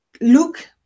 look